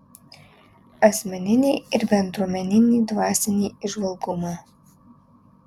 asmeninį ir bendruomeninį dvasinį įžvalgumą